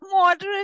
moderate